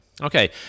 Okay